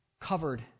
covered